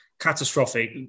catastrophic